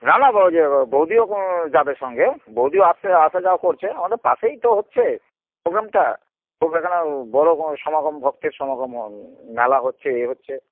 না না ব বৌদিও যাবে সঙ্গে বৌদিও আসে আসা যাওয়া করছে আমাদের পাশেই তো হচ্ছে পোগ্রামটা এখানে বড়ো সমাগম ভক্তের সমাগম মেলা হচ্ছে এ হচ্ছে